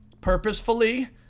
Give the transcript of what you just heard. purposefully